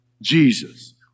Jesus